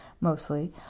mostly